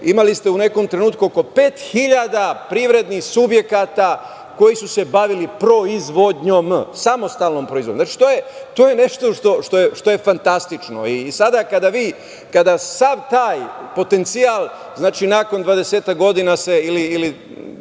imali ste u nekom trenutku oko pet hiljada privrednih subjekata koji su se bavili proizvodnjom, samostalnom proizvodnjom. Znači, to je nešto što je fantastično. I sada sav taj potencijal nakon 20-ak godina, ili